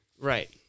Right